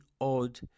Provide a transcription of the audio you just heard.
odd